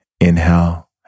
Inhale